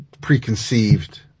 preconceived